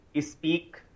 speak